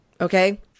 Okay